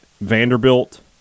Vanderbilt